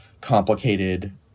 complicated